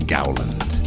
Gowland